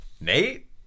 Nate